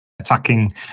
attacking